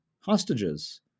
hostages